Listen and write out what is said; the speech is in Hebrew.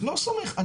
לא סומך.